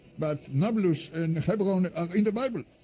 but nablus and hebron are in the bible.